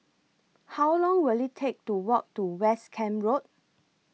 How Long Will IT Take to Walk to West Camp Road